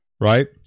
right